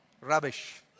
Rubbish